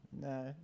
no